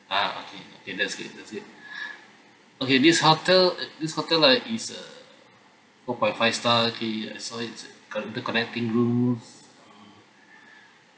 ah okay okay that's good that's good okay this hotel this hotel like is a four point five star okay I saw it interconnecting room